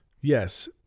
Yes